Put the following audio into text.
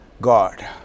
God